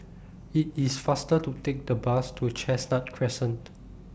IT IS faster to Take The Bus to Chestnut Crescent